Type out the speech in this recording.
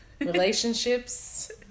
relationships